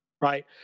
right